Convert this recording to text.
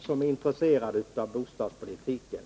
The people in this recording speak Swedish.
som är intresserade av bostadspolitiken,